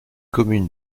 commune